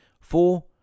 Four